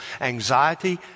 Anxiety